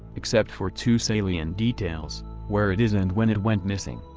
except for two salient details where it is and when it went missing.